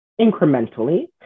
incrementally